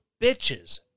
bitches